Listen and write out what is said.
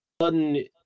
sudden